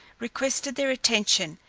requested their attention,